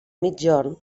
migjorn